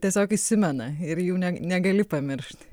tiesiog įsimena ir jų ne negali pamiršt